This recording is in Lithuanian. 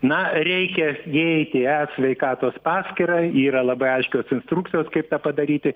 na reikia įeiti į e sveikatos paskyrą yra labai aiškios instrukcijos kaip tą padaryti